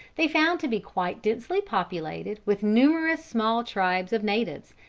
they found to be quite densely populated with numerous small tribes of natives,